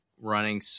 running